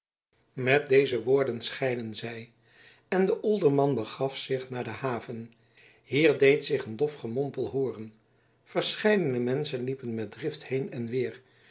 met deze woorden scheidden zij en de olderman begaf zich naar de haven hier deed zich een dof gemompel hooren verscheidene menschen liepen met drift heen en weer